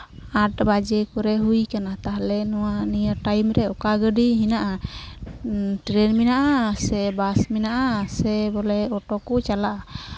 ᱟᱴ ᱵᱟᱡᱮ ᱠᱚᱨᱮ ᱦᱩᱭ ᱠᱟᱱᱟ ᱛᱟᱦᱚᱞᱮ ᱱᱚᱣᱟ ᱱᱤᱭᱟᱹ ᱴᱟᱭᱤᱢ ᱨᱮ ᱚᱠᱟ ᱜᱟᱹᱰᱤ ᱦᱮᱱᱟᱜᱼᱟ ᱴᱨᱮᱱ ᱢᱮᱱᱟᱜᱼᱟ ᱥᱮ ᱵᱟᱥ ᱢᱮᱱᱟᱜᱼᱟ ᱥᱮ ᱵᱚᱞᱮ ᱚᱴᱳ ᱠᱚ ᱪᱟᱞᱟᱜᱼᱟ